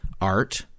art